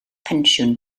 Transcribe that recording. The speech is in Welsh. pensiwn